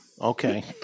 okay